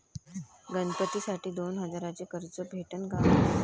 गणपतीसाठी दोन हजाराचे कर्ज भेटन का?